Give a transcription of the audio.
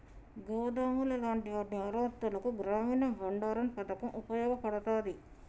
గోదాములు లాంటి వాటి మరమ్మత్తులకు గ్రామీన బండారన్ పతకం ఉపయోగపడతాది